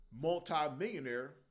multi-millionaire